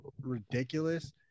ridiculous